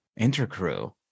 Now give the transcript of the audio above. Intercrew